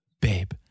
babe